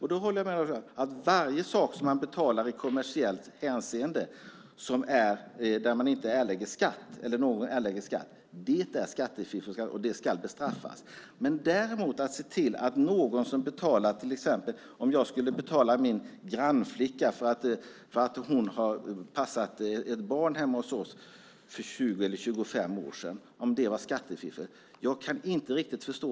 Jag håller med om att varje sak som man betalar i kommersiellt hänseende där inte någon erlägger skatt är skattefiffel och ska bestraffas. Däremot kan jag inte riktigt förstå att om jag till exempel hade betalat min grannflicka för att hon har passat ett barn hemma hos oss för 20 eller 25 år sedan skulle det vara skattefiffel.